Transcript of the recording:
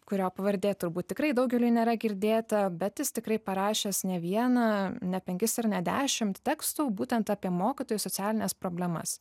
kurio pavardė turbūt tikrai daugeliui nėra girdėta bet jis tikrai parašęs ne vieną ne penkis ir ne dešimt tekstų būtent apie mokytojų socialines problemas